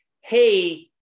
hey